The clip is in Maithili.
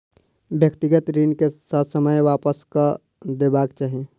व्यक्तिगत ऋण के ससमय वापस कअ देबाक चाही